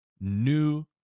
new